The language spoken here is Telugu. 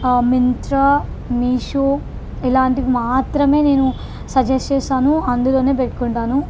మింత్రా మీషో ఇలాంటివి మాత్రమే నేను సజెస్ట్ చేసాను అందులోనే పెట్టుకుంటాను